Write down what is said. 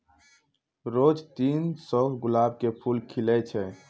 रोज तीन सौ गुलाब के फूल खिलै छै